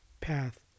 path